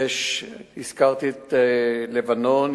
הזכרתי את לבנון,